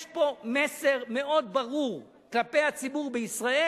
יש פה מסר מאוד ברור כלפי הציבור בישראל: